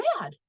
mad